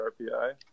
RPI